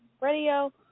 Radio